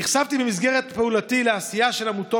במסגרת פעולתי נחשפתי לעשייה של עמותות